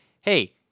hey